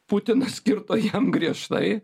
putinas kirto jam griežtai